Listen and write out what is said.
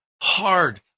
hard